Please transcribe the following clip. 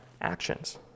actions